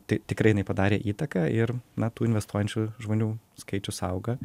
ti tikrai jinai padarė įtaką ir na tų investuojančių žmonių skaičius auga